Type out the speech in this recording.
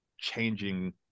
changing